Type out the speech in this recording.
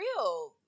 real